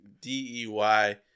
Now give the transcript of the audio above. D-E-Y